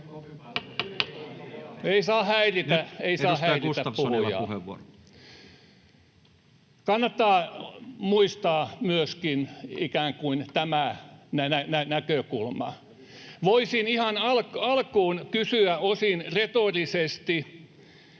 Ei saa häiritä puhujaa. Kannattaa muistaa myöskin ikään kuin tämä näkökulma. Voisin ihan alkuun kysyä osin retorisesti